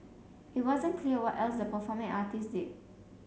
it wasn't clear what else the performing artists did